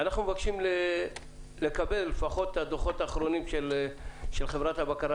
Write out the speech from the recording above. אנחנו מבקשים לקבל לפחות את הדוחות האחרונים של חברת הבקרה